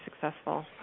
successful